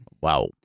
Wow